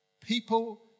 People